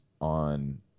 on